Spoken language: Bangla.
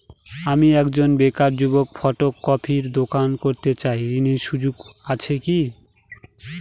আমি একজন বেকার যুবক ফটোকপির দোকান করতে চাই ঋণের সুযোগ আছে কি?